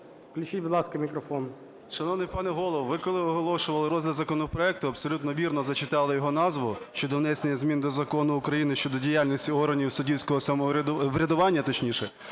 Включіть, будь ласка, мікрофон.